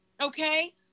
Okay